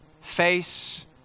face